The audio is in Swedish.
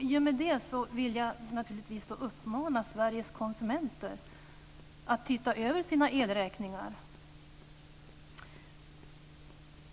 I och med det vill jag uppmana Sveriges konsumenter att titta över sina elräkningar.